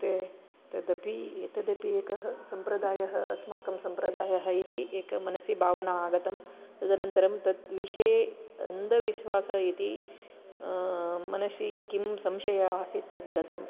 ते तदपि एतदपि एकः सम्प्रदायः अस्माकं स्मप्रदायः इति एकं मनसि भावना आगतं तदनन्तरं तद्विषये अन्धविश्वासः इति मनसि किं संशयः आसीत् तद्गतं